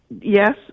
yes